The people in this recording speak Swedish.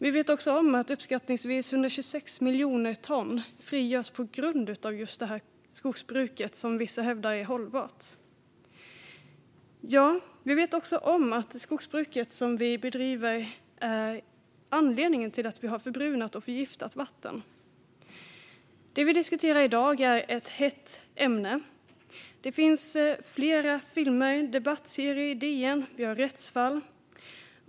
Vi vet att uppskattningsvis 126 miljoner ton frigörs på grund av just detta skogsbruk, som vissa hävdar är hållbart. Vi vet också att det skogsbruk vi bedriver är anledningen till att vi har förbrunat och förgiftat vatten. Det vi diskuterar i dag är ett hett ämne. Det finns flera filmer, en debattserie i DN och rättsfall.